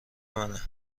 منه